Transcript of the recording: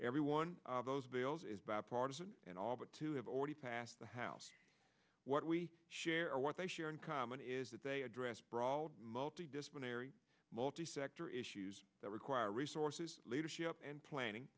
every one of those bills is bipartisan and all but two have already passed the house what we share what they share in common is that they address brawl multi disciplinary multi sector issues that require resources leadership and planning